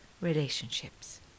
relationships